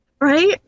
Right